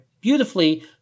beautifully